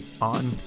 on